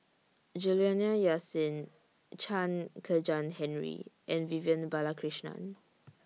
Juliana Yasin Chen Kezhan Henri and Vivian Balakrishnan